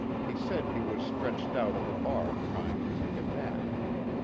he said he was stretched out on the bar trying to take a nap.